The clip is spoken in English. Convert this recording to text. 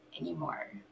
anymore